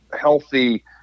healthy